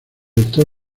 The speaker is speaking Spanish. director